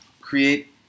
create